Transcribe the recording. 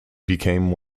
became